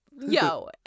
Yo